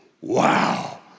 wow